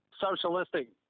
socialistic